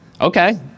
Okay